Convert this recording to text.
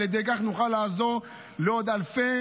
על ידי